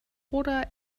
oder